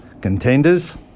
contenders